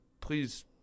Please